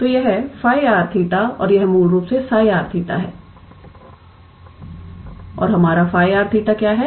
तो यह 𝜑𝑟 𝜃 और यह मूल रूप से 𝜓𝑟 𝜃 है और हमारा 𝜑𝑟 𝜃 क्या है